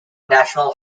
national